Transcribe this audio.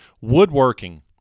woodworking